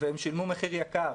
והם שילמו מחיר יקר,